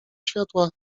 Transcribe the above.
światła